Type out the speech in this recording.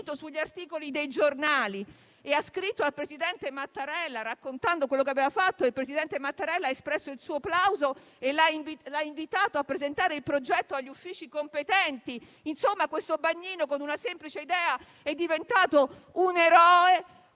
è finito sugli articoli dei giornali. Ha scritto, raccontando quello che aveva fatto, al presidente Mattarella, il quale gli ha espresso il suo plauso e l'ha invitato a presentare il progetto agli uffici competenti. Insomma, questo bagnino, con una semplice idea, è diventato un eroe,